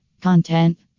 Content